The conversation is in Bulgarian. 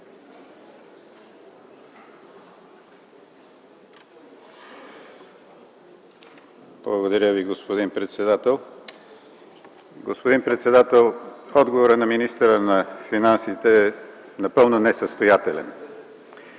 Благодаря Ви, господин председател. Господин председател, отговорът на министъра на финансите е напълно несъстоятелен.